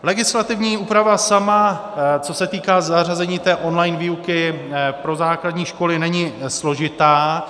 Legislativní úprava sama, co se týká zařazení té online výuky pro základní školy, není složitá.